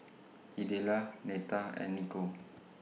Idella Neta and Niko